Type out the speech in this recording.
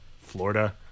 florida